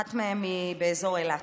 אחת מהן היא באזור אילת.